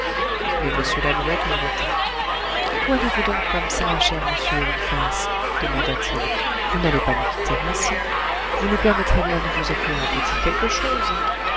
mais m lalouette le retint où allez-vous donc comme ça cher monsieur eliphas demanda-t-il vous n'allez pas nous quitter ainsi vous nous permettrez bien de vous offrir un petit quelque chose